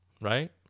right